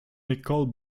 nicole